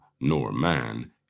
Nor-man